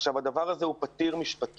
הדבר הזה הוא פתיר משפטית,